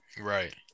Right